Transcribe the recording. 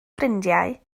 ffrindiau